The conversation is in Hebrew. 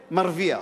שמרוויח.